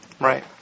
Right